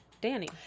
Danny